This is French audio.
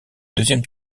deuxième